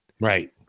Right